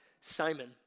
Simon